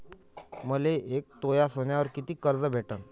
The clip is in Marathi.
मले एक तोळा सोन्यावर कितीक कर्ज भेटन?